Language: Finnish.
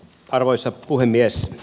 arvoisa puhemies